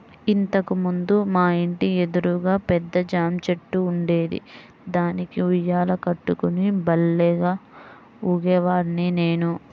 ఇంతకు ముందు మా ఇంటి ఎదురుగా పెద్ద జాంచెట్టు ఉండేది, దానికి ఉయ్యాల కట్టుకుని భల్లేగా ఊగేవాడ్ని నేను